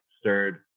stirred